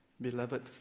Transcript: beloved